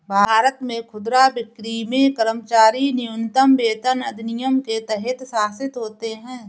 भारत में खुदरा बिक्री में कर्मचारी न्यूनतम वेतन अधिनियम के तहत शासित होते है